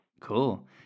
Cool